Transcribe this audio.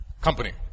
company